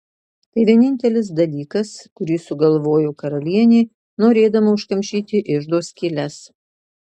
tai vienintelis dalykas kurį sugalvojo karalienė norėdama užkamšyti iždo skyles